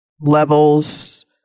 levels